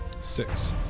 Six